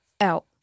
out